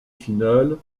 finale